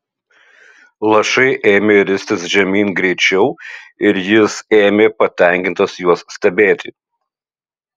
lašai ėmė ristis žemyn greičiau ir jis ėmė patenkintas juos stebėti